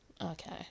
Okay